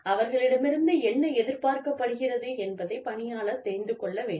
அவர்களிடமிருந்து என்ன எதிர்பார்க்கப்படுகிறது என்பதை பணியாளர் தெரிந்து கொள்ள வேண்டும்